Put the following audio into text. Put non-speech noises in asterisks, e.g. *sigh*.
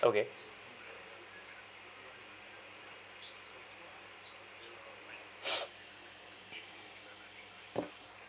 okay *breath*